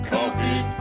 Coffee